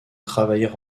travailler